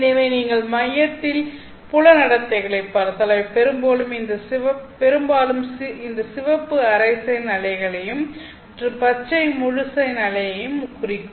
எனவே நீங்கள் மையத்தில் புல நடத்தைகளைப் பார்த்தால் அவை பெரும்பாலும் இந்த சிவப்பு அரை சைன் அலையையும் மற்றும் பச்சை முழு சைன் அலையையும் குறிக்கும்